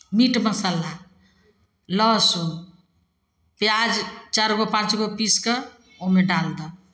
meat masala लहसुन प्याज चारि गो पाँच गो पीस कऽ ओहिमे डालि दह